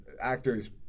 actors